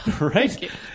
Right